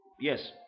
yes